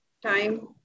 time